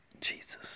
Jesus